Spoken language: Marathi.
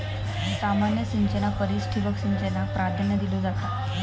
सामान्य सिंचना परिस ठिबक सिंचनाक प्राधान्य दिलो जाता